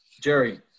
Jerry